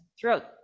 throughout